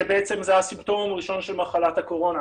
שבעצם זה הסימפטום הראשון של מחלת הקורונה.